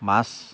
মাছ